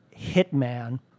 hitman